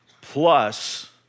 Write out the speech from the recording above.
plus